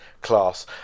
class